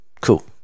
Cool